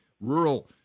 rural